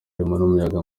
n’umuyaga